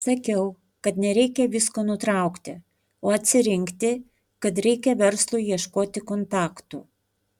sakiau kad nereikia visko nutraukti o atsirinkti kad reikia verslui ieškoti kontaktų